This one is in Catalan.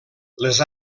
les